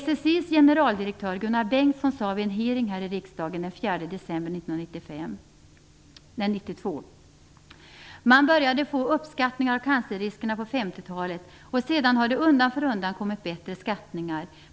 SSI:s generaldirektör Gunnar Bengtsson sade på en hearing här i riksdagen den 4 december 1992: Man började få uppskattningar av cancerriskerna på 50 talet och sedan har det undan för undan kommit bättre skattningar.